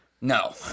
No